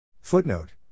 Footnote